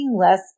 less